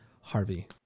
Harvey